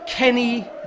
Kenny